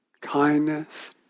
kindness